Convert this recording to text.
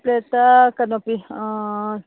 ꯄ꯭ꯂꯦꯠꯇ ꯀꯩꯅꯣ ꯄꯤ ꯑꯥ